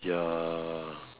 ya